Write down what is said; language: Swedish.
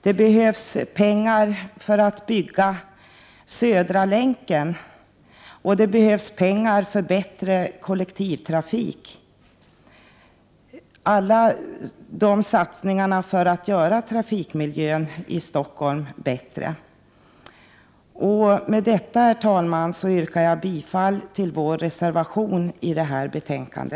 Det behövs pengar för att bygga Södra Länken, och det behövs pengar för bättre kollektivtrafik, alltsammans satsningar för att göra trafikmiljön i Stockholm bättre. Med detta, herr talman, yrkar jag bifall till reservationen vid justitieutskottets betänkande.